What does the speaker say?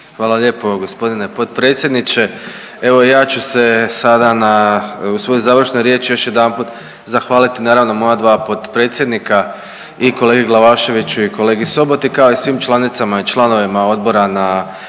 Hvala lijepo gospodine potpredsjedniče. Evo ja ću se sada na, u svojoj završnoj riječi još jedanput zahvaliti, naravno moja dva potpredsjednika i kolegi Glavaševiću i kolegi Soboti kao i svim članicama i članovima odbora na